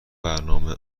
برنامه